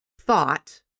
thought